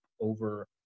over